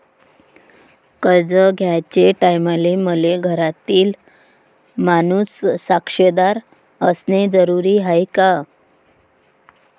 कर्ज घ्याचे टायमाले मले घरातील माणूस साक्षीदार असणे जरुरी हाय का?